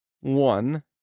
One